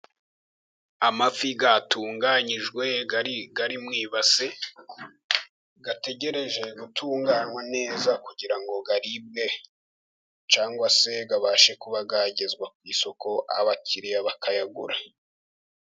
Amafi atunganyijwe ari mu ibase ategereje utunganywa neza, kugira ngo aribwe cg se abashe kuba yagezwa ku isoko, abakiriya bakayagura.